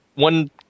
One